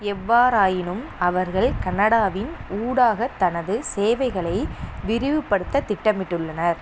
எவ்வாறாயினும் அவர்கள் கனடாவின் ஊடாக தனது சேவைகளை விரிவுபடுத்த திட்டமிட்டுள்ளனர்